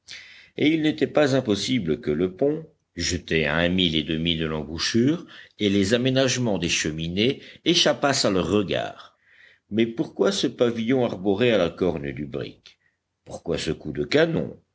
et il n'était pas impossible que le pont jeté à un mille et demi de l'embouchure et les aménagements des cheminées échappassent à leurs regards mais pourquoi ce pavillon arboré à la corne du brick pourquoi ce coup de canon